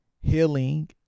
healing